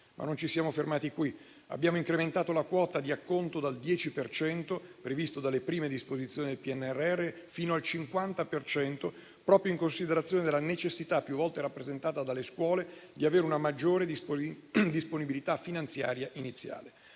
Ma non ci siamo fermati qui. Abbiamo incrementato la quota di acconto dal 10 per cento previsto dalle prime disposizioni del PNRR fino al 50 per cento proprio in considerazione della necessità, più volte rappresentata dalle scuole, di avere una maggiore disponibilità finanziaria iniziale.